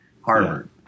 Harvard